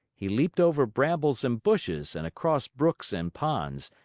he leaped over brambles and bushes, and across brooks and ponds,